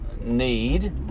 need